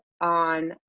on